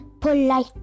polite